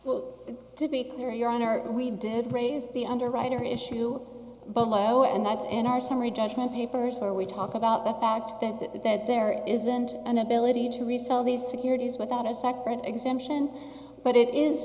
well to be clear your honor we did raise the underwriter issue below and that's in our summary judgment papers where we talk about the fact that there isn't an ability to resell these securities without a separate exemption but it is